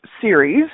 series